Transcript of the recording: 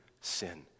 sin